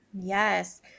Yes